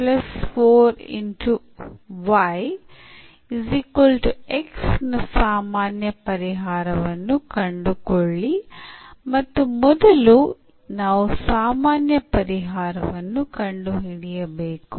ಈ ನ ಸಾಮಾನ್ಯ ಪರಿಹಾರವನ್ನು ಕಂಡುಕೊಳ್ಳಿ ಮತ್ತು ಮೊದಲು ನಾವು ಸಾಮಾನ್ಯ ಪರಿಹಾರವನ್ನು ಕಂಡುಹಿಡಿಯಬೇಕು